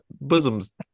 bosoms